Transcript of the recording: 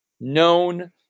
known